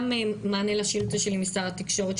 גם מענה לשאילתה שלי משר התקשורת,